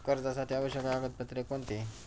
कर्जासाठी आवश्यक कागदपत्रे कोणती?